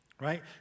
right